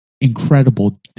incredible